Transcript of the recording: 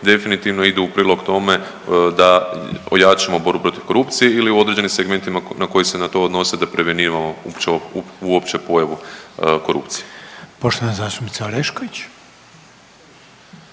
definitivno idu u prilog tome da ojačamo borbu protiv korupcije ili u određenim segmentima na koji se na to odnose da preveniramo uopće pojavu korupcije. **Reiner, Željko